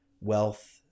wealth